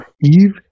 Eve